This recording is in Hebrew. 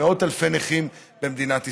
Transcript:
במאות אלפי נכים במדינת ישראל.